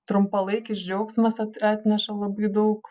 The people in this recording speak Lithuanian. trumpalaikis džiaugsmas at atneša labai daug